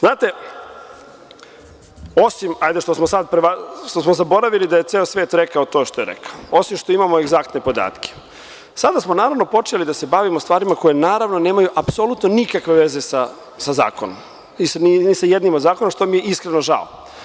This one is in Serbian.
Znate, osim što smo sada zaboravili da je ceo svet rekao to što je rekao, osim što imamo egzaktne podatke, sada smo namerno počeli da se bavimo stvarima koje naravno nemaju apsolutno nikakve veze sa zakonom, ni sa jednim od zakona, što mi je iskreno žao.